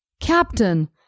Captain